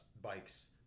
bikes